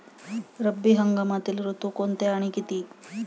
रब्बी हंगामातील ऋतू कोणते आणि किती?